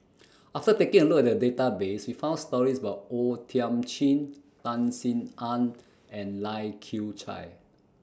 after taking A Look At The Database We found stories about O Thiam Chin Tan Sin Aun and Lai Kew Chai